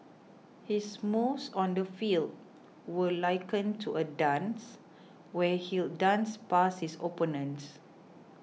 his moves on the field were likened to a dance where he'd dance past his opponents